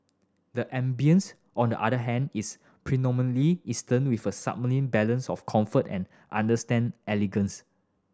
the ambience on the other hand is predominantly eastern with a sublime balance of comfort and understand elegance